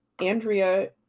Andrea